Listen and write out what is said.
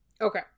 okay